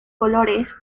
colores